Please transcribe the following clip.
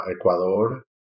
ecuador